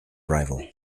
arrival